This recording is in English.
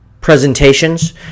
presentations